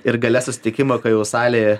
ir gale susitikimo ką jau salė